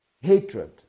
hatred